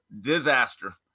disaster